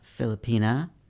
Filipina